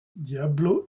diablo